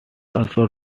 also